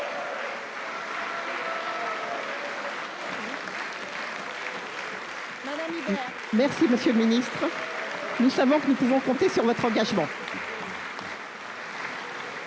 Merci, monsieur le ministre. Nous savons pouvoir compter sur votre engagement.